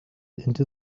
into